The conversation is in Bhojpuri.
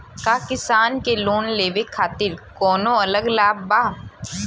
का किसान के लोन लेवे खातिर कौनो अलग लाभ बा?